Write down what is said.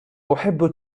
أحب